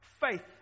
faith